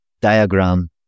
diagram